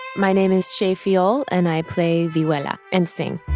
my name is shae fiol. and i play vihuela and sing